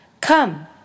Come